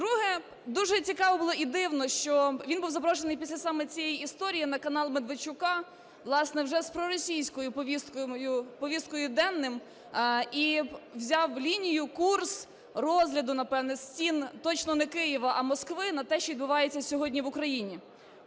Друге. Дуже цікаво було і дивно, що він був запрошений після саме цієї історії на канал Медведчука, власне, вже з проросійською повісткою денною і взяв лінію, курс розгляду, напевно, стін точно не Києва, а Москви, на те, що відбувається сьогодні в Україні.